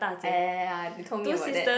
ah ya ya ya ya you told me about that